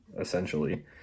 essentially